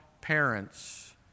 parents